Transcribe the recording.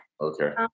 Okay